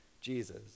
Jesus